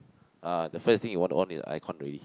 ah the first thing you want to on is aircon already